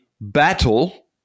battle